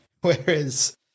Whereas